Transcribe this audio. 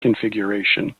configuration